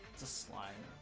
the slime,